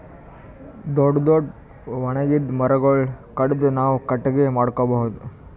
ದೊಡ್ಡ್ ದೊಡ್ಡ್ ಒಣಗಿದ್ ಮರಗೊಳ್ ಕಡದು ನಾವ್ ಕಟ್ಟಗಿ ಮಾಡ್ಕೊಬಹುದ್